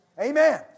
Amen